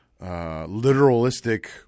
literalistic